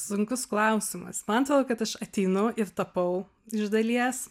sunkus klausimas man atrodo kad aš ateinu ir tapau iš dalies